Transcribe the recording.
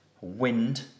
Wind